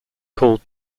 called